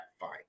Fine